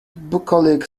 bucolic